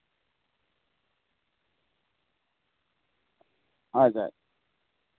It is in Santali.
ᱟᱪᱪᱷᱟ